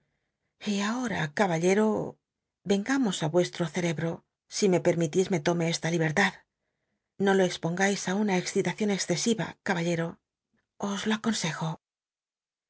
y aho a caballero engamos ti uesll o cerebro si me permilis me lome esta libertad o lo cxpongais i una excitación excesiva caballero os lo aconsejo